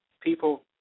People